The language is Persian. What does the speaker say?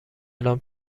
الان